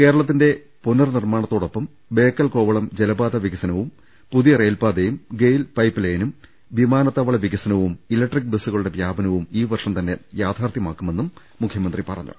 കേരളത്തിന്റെ പുനർനിർമാണത്തോടൊപ്പം ബേക്കൽ കോവളം ജലപാത വികസനവും പുതിയ റെയിൽപാതയും ഗെയിൽ പൈപ്പ്ലൈനും വിമാനത്താവള വികസനവും ഇലക്ട്രിക് ബസ്സുകളുടെ വ്യാപനവും ഈ വർഷം തന്നെ യാഥാർത്ഥ്യമാക്കുമെന്നും മുഖ്യമന്ത്രി പറ ഞ്ഞു